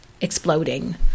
exploding